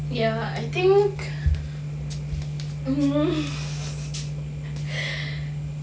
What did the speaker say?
ya I think mm